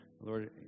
Lord